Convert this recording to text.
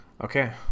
Okay